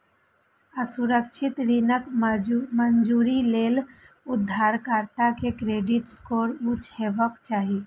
असुरक्षित ऋणक मंजूरी लेल उधारकर्ता के क्रेडिट स्कोर उच्च हेबाक चाही